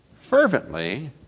fervently